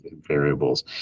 variables